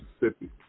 Mississippi